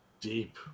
Deep